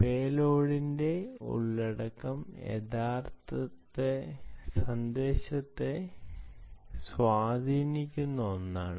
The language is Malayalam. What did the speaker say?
പേലോഡിന്റെ ഉള്ളടക്കം സന്ദേശത്തെ സ്വാധീനിക്കുന്ന ഒന്നാണ്